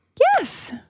Yes